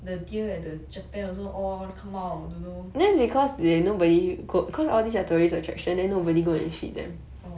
the deer at the japan also all come out you know